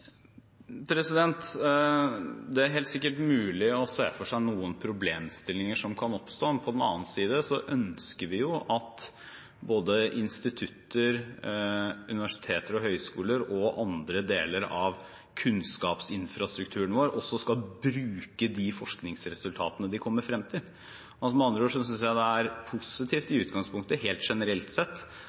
Det er helt sikkert mulig å se for seg noen problemstillinger som kan oppstå. På den andre siden ønsker vi at både institutter, universiteter og høyskoler og andre deler av kunnskapsinfrastrukturen vår også skal bruke de forskningsresultatene de kommer frem til. Med andre ord synes jeg det er positivt i utgangspunktet generelt sett